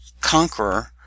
Conqueror